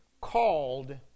called